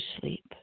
sleep